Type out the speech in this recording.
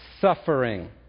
suffering